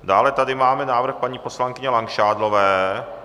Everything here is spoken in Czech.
Dále tady máme návrh paní poslankyně Langšádlové.